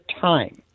time